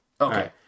Okay